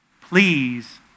please